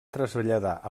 traslladar